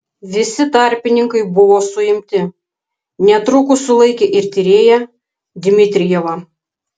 visi tarpininkai buvo suimti netrukus sulaikė ir tyrėją dmitrijevą